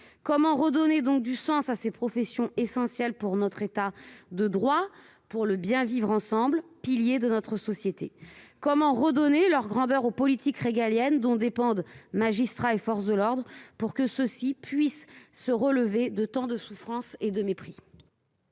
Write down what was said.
Comment redonner du sens à ces professions essentielles pour notre État de droit et pour le bien vivre ensemble, piliers de notre société ? Comment redonner leur grandeur aux politiques régaliennes dont dépendent magistrats et forces de l'ordre ? Que faire pour que ces professionnels puissent se relever face à tant de souffrance et de mépris ?